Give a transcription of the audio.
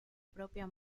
propia